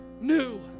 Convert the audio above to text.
new